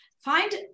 Find